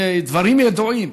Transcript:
אלה דברים ידועים.